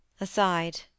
Aside